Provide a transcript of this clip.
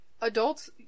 adults